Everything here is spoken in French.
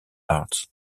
arts